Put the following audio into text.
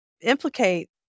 implicate